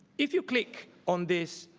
if you click on this,